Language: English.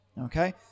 Okay